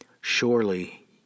Surely